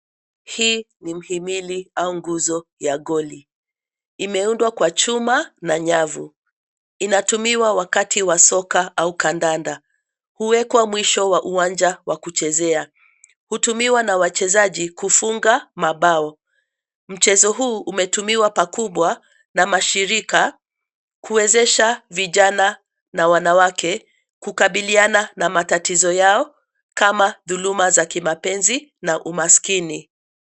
Hii ni mhimili au nguzo ya goli, imeundwa kwa chuma na nyavu, inatumiwa wakati wa soka au kandanda. Huwekwa mwisho wa uwanja wa kuchezea. Hutumiwa na wachezaji kufunga mabao. Mchezo huu umetumiwa pakubwa na mashirika kuwezesha vijana na wanawake kukabiliana na matatizo yao kama dhuluma za kimapenzi na umaskini.